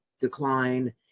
decline